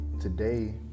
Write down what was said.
Today